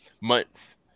months